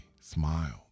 smiled